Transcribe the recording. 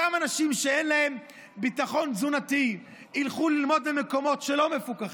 אותם אנשים שאין להם ביטחון תזונתי ילכו ללמוד במקומות שלא מפוקחים,